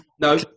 No